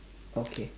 okay